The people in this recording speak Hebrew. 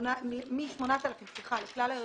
הזכאות מ-8,000 שקלים לכלל ההריונות,